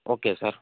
okay sir